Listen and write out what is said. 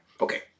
Okay